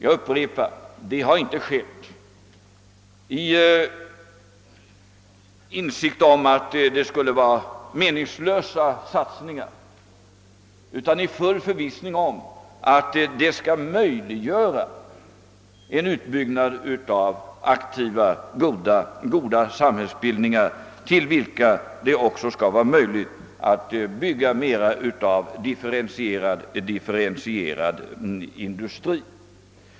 Jag upprepar att detta inte har gjorts i insikt om att det skulle vara meningslösa satsningar, utan i full förvissning om att det skall möjliggöra en utbyggnad av aktiva, goda samhällsbildningar, i vilka det också skall finnas förutsättningar att bygga mer av differentierad industri.